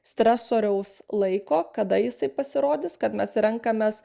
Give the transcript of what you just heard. stresoriaus laiko kada jisai pasirodys kad mes renkamės